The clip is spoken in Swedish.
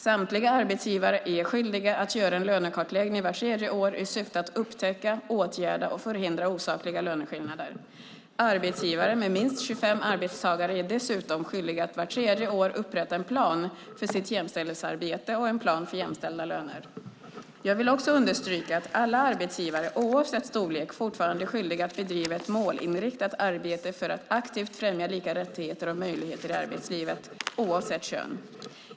Samtliga arbetsgivare är skyldiga att göra en lönekartläggning vart tredje år i syfte att upptäcka, åtgärda och förhindra osakliga löneskillnader. Arbetsgivare med minst 25 arbetstagare är dessutom skyldiga att vart tredje år upprätta en plan för sitt jämställdhetsarbete och en plan för jämställda löner. Jag vill också understryka att alla arbetsgivare, oavsett storlek, fortfarande är skyldiga att bedriva ett målinriktat arbete för att aktivt främja lika rättigheter och möjligheter i arbetslivet oavsett kön.